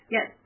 Yes